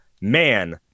man